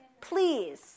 Please